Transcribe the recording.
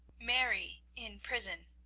mary in prison.